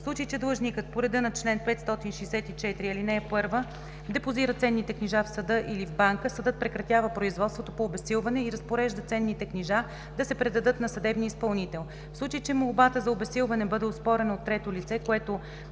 В случай, че длъжникът по реда на чл. 564, ал. 1 депозира ценните книжа в съда или в банка, съдът прекратява производството по обезсилване и разпорежда ценните книжа да се предадат на съдебния изпълнител. В случай, че молбата за обезсилване бъде оспорена от трето лице, което